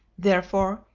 therefore,